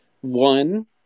One